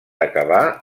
acabà